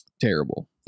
Terrible